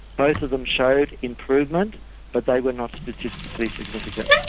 both of them showed improvement but they were not statistically significant.